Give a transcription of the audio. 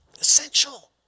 Essential